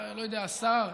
השר,